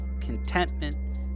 contentment